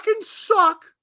suck